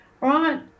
right